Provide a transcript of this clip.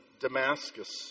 Damascus